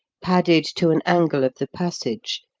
padded to an angle of the passage,